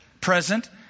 present